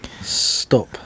stop